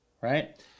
Right